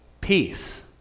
peace